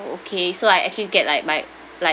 okay so I actually get like my like